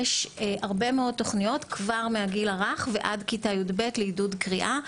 יש הרבה מאוד תוכניות כבר מהגיל הרך ועד כיתה י"ב לעידוד קריאה.